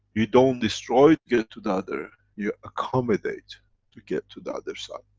you don't destroy to get to the other, you accommodate to get to the other side.